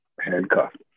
handcuffed